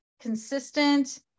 consistent